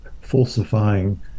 falsifying